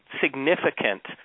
significant